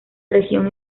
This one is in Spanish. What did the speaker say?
región